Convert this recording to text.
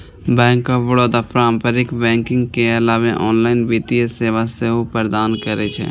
bank of Baroda पारंपरिक banking के अलावे ऑनलाइन वित्तीय सेवा सेहो प्रदान करै छै